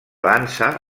dansa